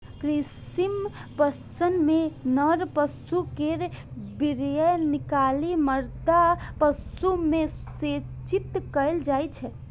कृत्रिम प्रजनन मे नर पशु केर वीर्य निकालि मादा पशु मे सेचित कैल जाइ छै